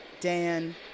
Dan